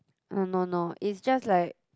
ah no no it's just like